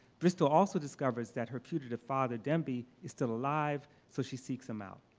bristol also discovers that her putative father dembi is still alive, so she seeks him out.